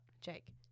Jake